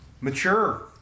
Mature